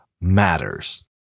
matters